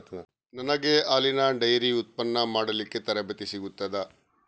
ನನಗೆ ಹಾಲಿನ ಡೈರಿ ಉತ್ಪನ್ನ ಮಾಡಲಿಕ್ಕೆ ತರಬೇತಿ ಸಿಗುತ್ತದಾ?